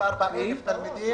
כ-74,000 תלמידים,